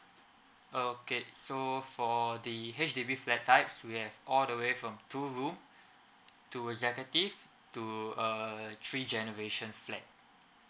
okay so for the H_D_B flat types we have all the way from two room to executive to a three generation flat